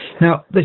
Now